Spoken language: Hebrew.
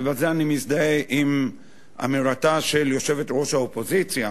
ובזה אני מזדהה עם אמירתה של יושבת-ראש האופוזיציה,